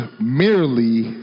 merely